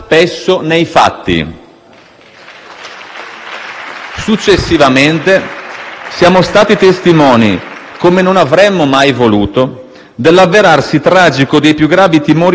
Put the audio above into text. Successivamente, siamo stati testimoni, come non avremmo mai voluto, dell'avverarsi tragico dei più gravi timori su cui avevamo posto l'accento del nostro programma: